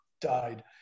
died